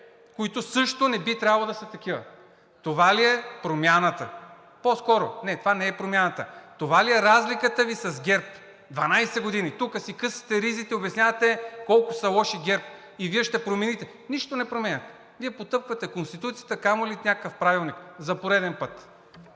които също не би трябвало да са такива. Това ли е промяната Ви? По-скоро не, това не е промяната. Това ли е разликата Ви с ГЕРБ? 12 години тук си късате ризите, обяснявате колко са лоши ГЕРБ и Вие ще промените. Нищо не променяте. Вие потъпквате Конституцията, камо ли някакъв Правилник, за пореден път.